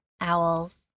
owls